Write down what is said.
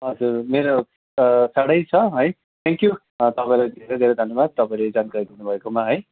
हजुर मेरो टाडै छ है थ्याङ्कयू तपाईँलाई धेरै धेरै धन्यवाद तपाईँले जानकारी दिनु भएकोमा है